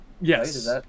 Yes